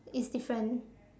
is different